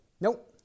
Nope